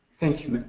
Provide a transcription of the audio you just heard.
thank you. but